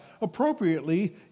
appropriately